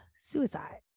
suicide